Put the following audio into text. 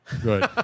Good